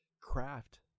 Craft